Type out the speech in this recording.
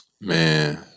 Man